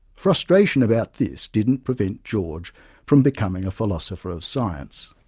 frustration about this didn't prevent george from becoming a philosopher of science.